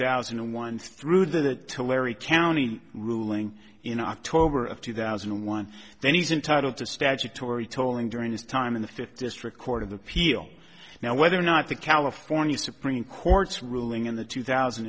thousand and one through the larry canny ruling in october of two thousand and one then he's entitled to statutory tolling during his time in the fifth district court of appeal now whether or not the california supreme court's ruling in the two thousand